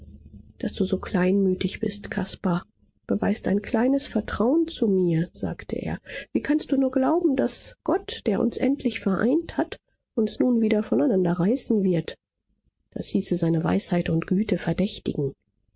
daß du so kleinmütig bist caspar beweist ein kleines vertrauen zu mir sagte er wie kannst du nur glauben daß gott der uns endlich vereinigt hat uns nun wieder voneinander reißen wird das hieße seine weisheit und güte verdächtigen